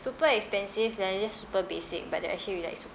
super expensive then just super basic but they're actually really like super